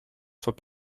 soit